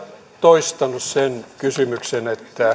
toistanut sen kysymyksen että